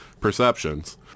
perceptions